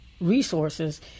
resources